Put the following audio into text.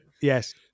Yes